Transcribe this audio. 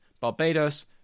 Barbados